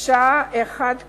שעה אחת קודם.